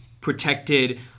protected